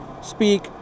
speak